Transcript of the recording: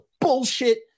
bullshit